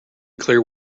clear